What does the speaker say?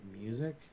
music